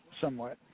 somewhat